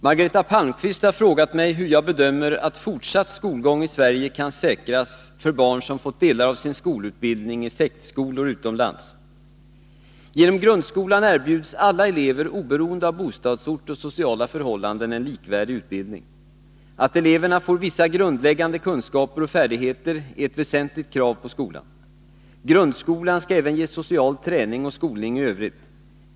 Margareta Palmqvist har frågat mig hur jag bedömer att fortsatt skolgång i Sverige kan säkras för barn som fått delar av sin skolutbildning i ”sektskolor” utomlands. Genom grundskolan erbjuds alla elever oberoende av bostadsort och sociala förhållanden en likvärdig utbildning. Att eleverna får vissa grundläggande kunskaper och färdigheter är ett väsentligt krav på skolan. Grundskolan skall även ge social träning och skolning i övrigt.